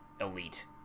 elite